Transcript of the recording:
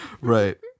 right